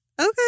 okay